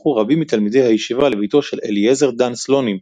הלכו רבים מתלמידי הישיבה לביתו של אליעזר דן סלונים,